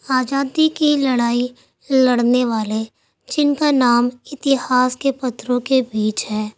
آزادی کی لڑائی لڑنے والے جن کا نام اتہاس کے پتروں کے بیچ ہے